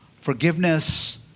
forgiveness